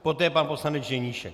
Poté pan poslanec Ženíšek.